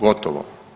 Gotovo.